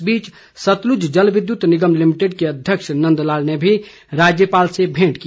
इस बीच सतलुज जलविद्युत निगम लिमिटेड के अध्यक्ष नंदलाल ने भी राज्यपाल से भेंट की